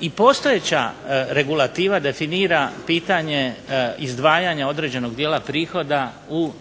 i postojeća regulativa definira pitanje izdvajanja određenog dijela prihoda u